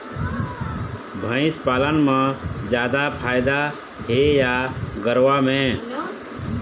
भंइस पालन म जादा फायदा हे या गरवा में?